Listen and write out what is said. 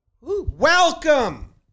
Welcome